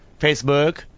Facebook